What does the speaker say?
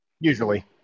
usually